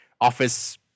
office